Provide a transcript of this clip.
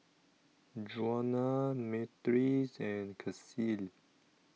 Djuana Myrtis and Kacey